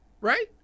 Right